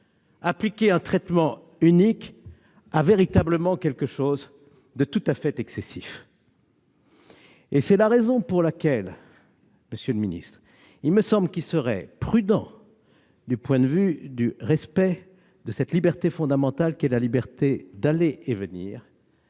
appliquer un traitement unique a véritablement quelque chose de tout à fait excessif. C'est la raison pour laquelle, monsieur le ministre, il me semble qu'il serait prudent, du point de vue du respect de cette liberté fondamentale qu'est la liberté d'aller et venir,